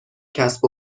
کسب